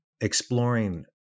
exploring